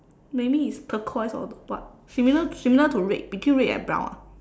maybe it's turquoise or what similar to similar to red between red and brown ah